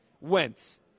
Wentz